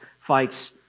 fights